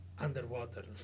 Underwater